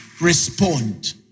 respond